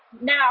Now